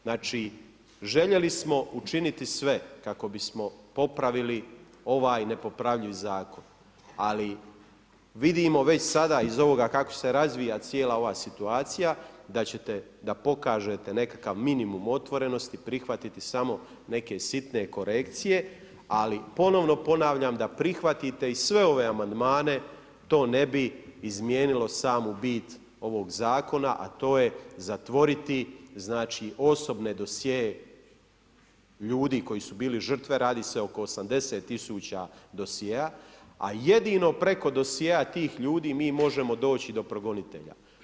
Znači željeli smo učiniti sve kako bismo popravili ovaj nepopravljiv zakon, ali vidimo već sada iz ovoga kako se razvija cijela ova situacija da ćete, da pokažete nekakav minimum otvorenosti, prihvatiti samo neke sitne korekcije, ali ponovno ponavljam da prihvatite i sve ove amandmane, to ne bi izmijenilo samu bit ovog zakona, a to je zatvoriti osobne dosjee ljudi koji su bili žrtve, radi se oko 80 000 dosjea, a jedino preko dosjea tih ljudi mi možemo doći do progonitelja.